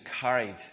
carried